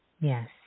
Yes